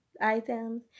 items